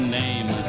name